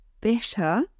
better